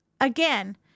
Again